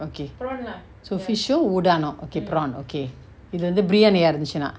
okay so fish or udano okay prawn okay இது வந்து:ithu vanthu briyani ah இருந்துச்சுனா:irunthuchuna